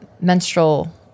menstrual